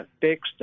fixed